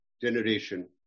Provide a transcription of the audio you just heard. generation